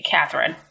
Catherine